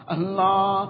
Allah